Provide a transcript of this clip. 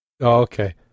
Okay